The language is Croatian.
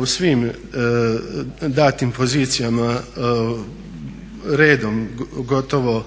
u svim datim pozicijama redom, gotovo